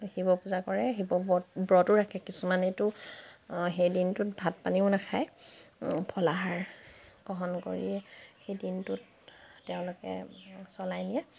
শিৱ পূজা কৰে শিৱ ব্ৰত ব্ৰতো ৰাখে কিছুমানেতো সেই দিনটোত ভাত পানীও নাখায় ফলাহাৰ গ্ৰহণ কৰিয়ে সেই দিনটো তেওঁলোকে চলাই নিয়ে